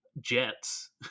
jets